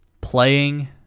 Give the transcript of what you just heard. playing